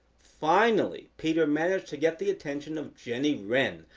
finally peter managed to get the attention of jenny wren.